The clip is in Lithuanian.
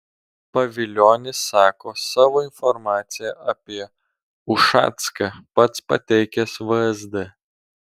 pavilionis sako savo informaciją apie ušacką pats pateikęs vsd